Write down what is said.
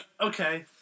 okay